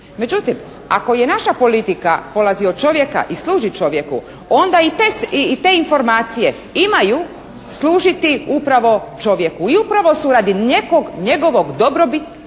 Međutim, ako je naša politika polazi od čovjeka i služi čovjeku onda i te informacije imaju služiti upravo čovjeku i upravo su radi neke njegove dobrobiti,